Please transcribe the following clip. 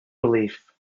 relief